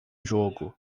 jogo